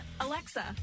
Alexa